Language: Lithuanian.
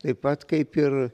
taip pat kaip ir